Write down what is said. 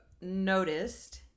noticed